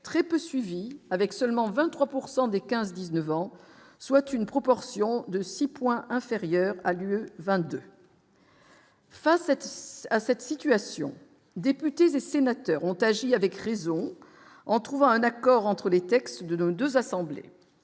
très peu suivie, avec seulement 23 pourcent des 15 19 ans, soit une proportion de 6 points inférieurs à lui 22. Face à tous à cette situation, députés et sénateurs ont agi avec raison en trouvant un accord entre les textes de nos 2 assemblées